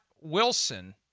Wilson